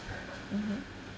mmhmm